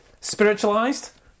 spiritualized